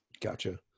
Gotcha